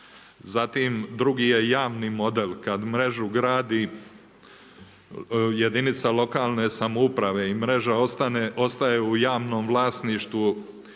Zatim, drugi je javni model, kad mrežu gradi jedinica lokalne samouprave i mreža ostaje u javnom vlasništvu